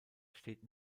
steht